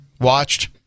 watched